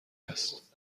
است